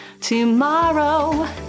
tomorrow